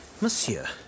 Monsieur